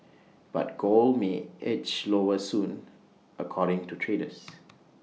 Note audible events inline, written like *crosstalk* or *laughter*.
but gold may edge lower soon according to traders *noise*